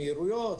מהירויות,